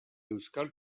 euskal